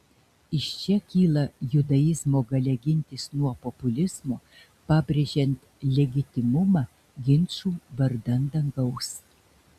iš čia kyla judaizmo galia gintis nuo populizmo pabrėžiant legitimumą ginčų vardan dangaus